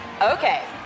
Okay